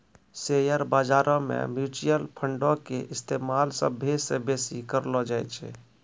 share बजारो मे mutual फंडो के इस्तेमाल सभ्भे से बेसी करलो जाय छै